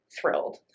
thrilled